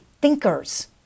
thinkers